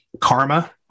karma